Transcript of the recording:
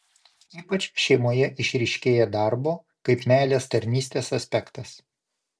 ypač šeimoje išryškėja darbo kaip meilės tarnystės aspektas